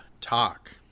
talk